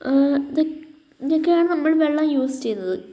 ഇതൊക്കെയാണ് ഇതൊക്കെയാണ് നമ്മൾ വെള്ളം യൂസ് ചെയ്യുന്നത്